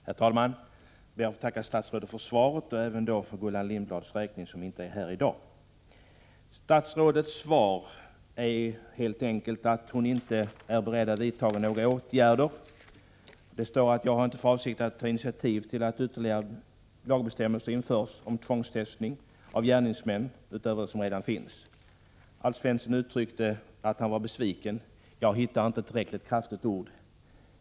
Herr talman! Jag ber att få tacka statsrådet för svaret, även för Gullan Lindblads räkning; hon är inte här i dag. Statsrådets svar är helt enkelt att hon inte är beredd att vidta några åtgärder. Hon säger i svaret: ”Jag har inte för avsikt att ta initiativ till att ytterligare lagbestämmelser införs om tvångstestning ——— av gärningsmän --- utöver de som redan finns —---.” Alf Svensson sade att han var besviken över detta. Jag hittar inte tillräckligt kraftiga ord.